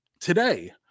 today